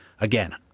again